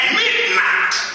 midnight